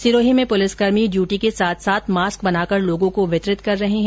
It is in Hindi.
सिरोही में पुलिसकर्मी ड्यूटी के साथ साथ मास्क बनाकर लोगों को वितरित कर रहे है